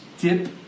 dip